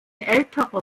älterer